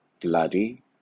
bloody